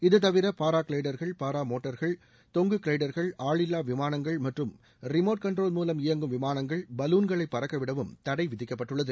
இது தவிர பாரகிளைடர்கள் பாரா மோட்டார்கள் தொங்கு கிளைடர்கள் ஆளில்வா விமானங்கள் மற்றும் ரிமோட் கண்ட்ரோல் மூவம் இயங்கும் விமானங்கள் பலூன்களை பறக்கவிடவும் தடை விதிக்கப்பட்டுள்ளது